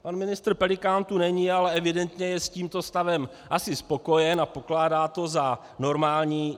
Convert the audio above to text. Pan ministr Pelikán tu není, ale evidentně je s tímto stavem asi spokojen a pokládá to za normální.